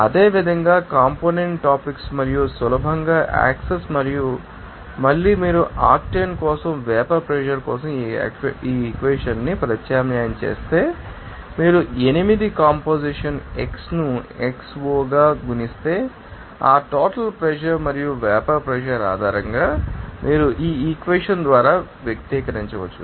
అదేవిధంగా component topics మరియు సులభంగా యాక్సెస్ మరియు మళ్ళీ మీరు ఆక్టేన్ కోసం వేపర్ ప్రెషర్ కోసం ఆ ఈక్వేషన్ ాన్ని ప్రత్యామ్నాయం చేస్తే మరియు మీరు 8 కంపోజిషన్ x ను x0 గా గుణిస్తే ఆ టోటల్ ప్రెషర్ మరియు వేపర్ ప్రెషర్ ఆధారంగా మీరు ఈ ఈక్వెషన్ ద్వారా వ్యక్తీకరించవచ్చు